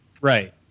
Right